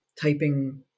typing